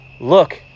Look